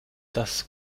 das